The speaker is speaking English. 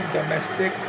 Domestic